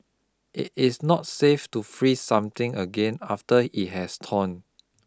it is not safe to freeze something again after it has thawed